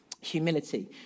Humility